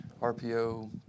RPO